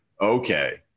okay